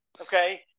okay